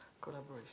collaboration